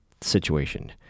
situation